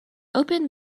open